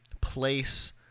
place